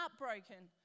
heartbroken